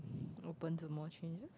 open to more changes